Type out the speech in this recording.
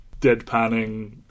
deadpanning